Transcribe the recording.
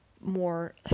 more